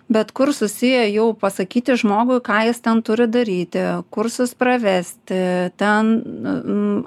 bet kur susiję jau pasakyti žmogui ką jis ten turi daryti kursus pravesti ten